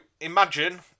imagine